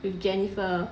with jennifer